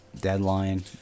deadline